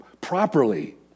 properly